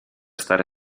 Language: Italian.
stare